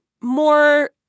more